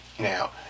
now